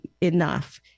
enough